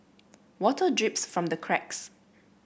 water drips from the cracks